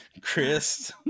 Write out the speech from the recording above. chris